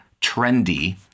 trendy